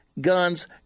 guns